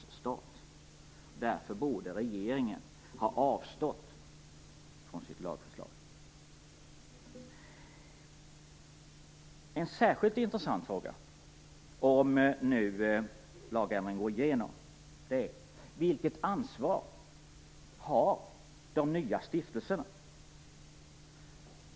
Därför borde regeringen ha avstått från sitt lagförslag. En särskilt intressant fråga - om nu lagändringen går igenom - är vilket ansvar de nya styrelserna har.